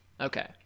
Okay